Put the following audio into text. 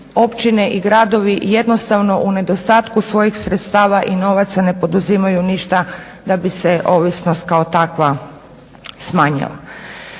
općine i gradovi jednostavno u nedostatku svojih sredstava i novaca ne poduzimaju ništa da bi se ovisnost kao takva smanjila.